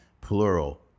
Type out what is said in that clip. plural